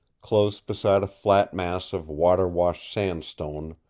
close beside a flat mass of water-washed sandstone,